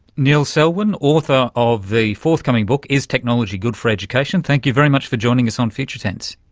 neil selwyn, author of the forthcoming book is technology good for education, thank you very much for joining us on future tense.